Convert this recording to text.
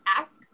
ask